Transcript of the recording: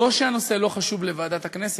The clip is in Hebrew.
לא שהנושא לא חשוב למליאת הכנסת,